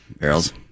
barrels